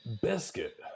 Biscuit